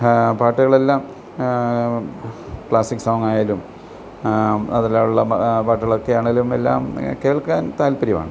പാട്ടുകളെല്ലാം classic സോങ്ങായാലും അതിലുള്ള പാട്ടുകളൊക്കെ ആണേലും എല്ലാം കേൾക്കാൻ താൽപ്പര്യവാണ്